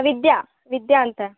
ವಿದ್ಯಾ ವಿದ್ಯಾ ಅಂತ